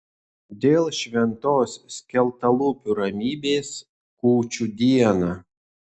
dėl šventos skeltalūpių ramybės kūčių dieną